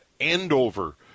Andover